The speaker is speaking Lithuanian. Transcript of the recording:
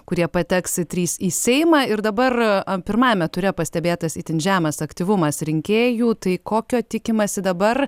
kurie pateks trys į seimą ir dabar pirmajame ture pastebėtas itin žemas aktyvumas rinkėjų tai kokio tikimasi dabar